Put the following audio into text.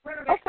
Okay